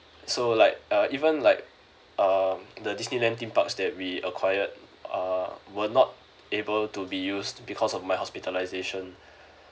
so like uh even like uh the disneyland theme parks that we acquired err were not able to be used because of my hospitalisation